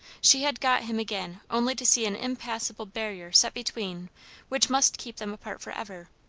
she had got him again only to see an impassable barrier set between which must keep them apart for ever.